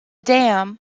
dam